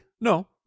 No